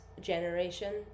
generation